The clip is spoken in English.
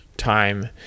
time